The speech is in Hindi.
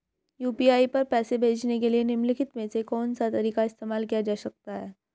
यू.पी.आई पर पैसे भेजने के लिए निम्नलिखित में से कौन सा तरीका इस्तेमाल किया जा सकता है?